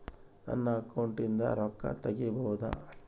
ನನ್ನ ಅಕೌಂಟಿಂದ ರೊಕ್ಕ ತಗಿಬಹುದಾ?